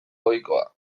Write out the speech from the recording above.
ohikoa